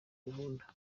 gahunda